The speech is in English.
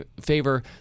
favor